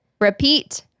Repeat